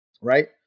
right